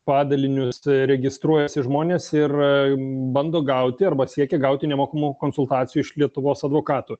padaliniu registruojasi žmonės ir bando gauti arba siekia gauti nemokamų konsultacijų iš lietuvos advokatų